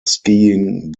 skiing